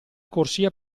corsia